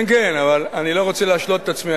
כן, כן, אבל אני לא רוצה להשלות את עצמי.